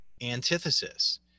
antithesis